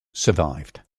survived